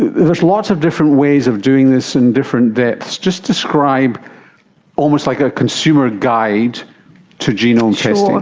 there's lots of different ways of doing this and different depths. just describe almost like a consumer guide to genome testing.